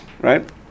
right